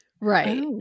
Right